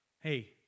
hey